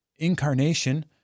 incarnation